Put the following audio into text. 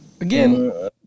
Again